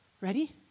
Ready